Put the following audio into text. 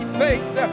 faith